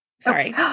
Sorry